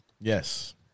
Yes